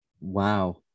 Wow